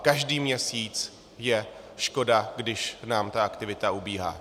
Každý měsíc je škoda, když nám ta aktivita ubíhá.